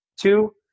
Two